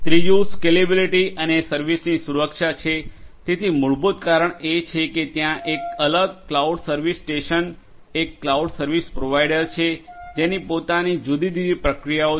ત્રીજું સ્કેલેબિલીટી અને સર્વિસની સુરક્ષા છે તેથી મૂળભૂત કારણ એ છે કે ત્યાં એક અલગ ક્લાઉડ સર્વિસ સ્ટેશન એક ક્લાઉડ સર્વિસ પ્રોવાઇડર છે જેની પોતાની જુદી જુદી પ્રક્રિયાઓ છે